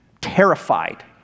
terrified